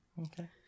Okay